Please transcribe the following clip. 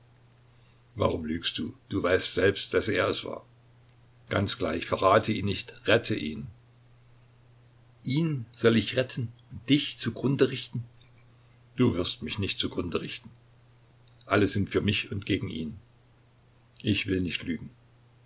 warum lügst du du weißt selbst daß er es war ganz gleich verrate ihn nicht rette ihn ihn soll ich retten und dich zu grunde richten du wirst mich nicht zu grunde richten alle sind für mich und gegen ihn ich will nicht lügen